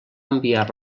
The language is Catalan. enviar